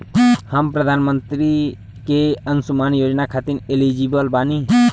हम प्रधानमंत्री के अंशुमान योजना खाते हैं एलिजिबल बनी?